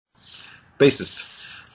Bassist